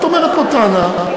את אומרת פה טענה,